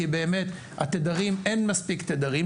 כי אין מספיק תדרים.